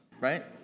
right